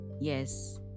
Yes